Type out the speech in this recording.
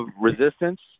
resistance